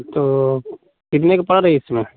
तो कितने की पड़ रही है इस समय